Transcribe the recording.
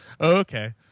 okay